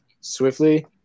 swiftly